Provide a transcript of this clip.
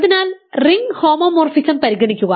അതിനാൽ ring homomorphism പരിഗണിക്കുക